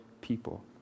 people